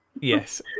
Yes